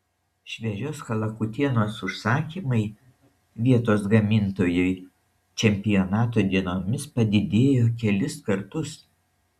šviežios kalakutienos užsakymai vietos gamintojui čempionato dienomis padidėjo kelis kartus